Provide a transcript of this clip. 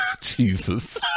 Jesus